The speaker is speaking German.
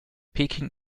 peking